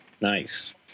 nice